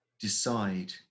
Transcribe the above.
decide